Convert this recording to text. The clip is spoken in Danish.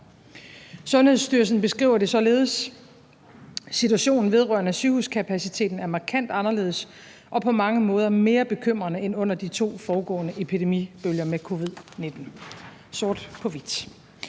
Sundhedsstyrelsen beskriver det således: Situationen vedrørende sygehuskapaciteten er markant anderledes og på mange måder mere bekymrende end under de to foregående epidemibølger med covid-19.